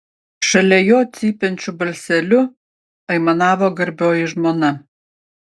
šalia jo cypiančiu balseliu aimanavo garbioji žmona